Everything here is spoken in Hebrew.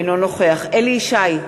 אינו נוכח אליהו ישי,